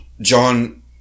John